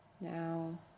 Now